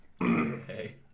Hey